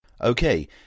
Okay